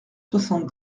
soixante